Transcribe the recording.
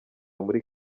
muri